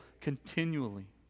continually